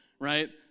Right